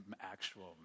Actual